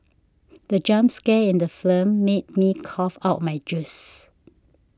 the jump scare in the film made me cough out my juice